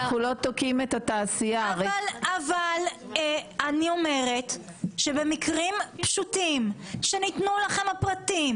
אני אומרת שבמקרים פשוטים כשניתנו לכם הפרטים